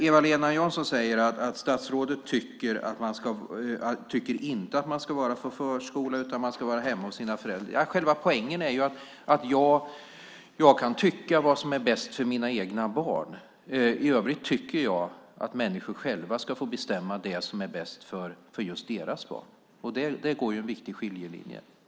Eva-Lena Jansson säger att statsrådet inte tycker att barnen ska vara på förskola, utan att de ska vara hemma hos sina föräldrar. Själva poängen är att jag kan tycka om vad som är bäst för mina egna barn. I övrigt tycker jag att människor själva ska få bestämma det som är bäst för just deras barn. Där går en viktig skiljelinje.